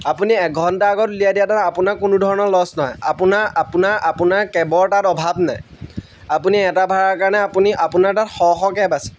আপুনি এঘণ্টা আগত ওলিয়াই দিয়া তাত আপোনাক কোনো ধৰণৰ লছ নহয় আপোনাৰ আপোনাৰ আপোনাৰ কেবৰ তাত অভাৱ নাই আপুনি এটা ভাড়াৰ কাৰণে আপুনি আপোনাৰ তাত শ শ কেব আছে